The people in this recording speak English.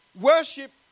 worship